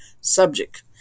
subject